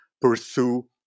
pursue